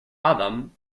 adam